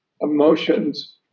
emotions